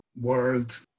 world